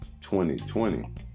2020